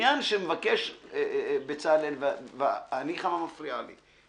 אני אומר לך מה מפריע לי.